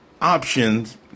options